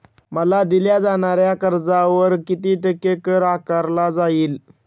मला दिल्या जाणाऱ्या कर्जावर किती टक्के कर आकारला जाईल?